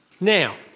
Now